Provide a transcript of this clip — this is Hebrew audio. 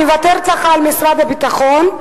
אני מוותרת לך על משרד הביטחון,